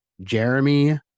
Jeremy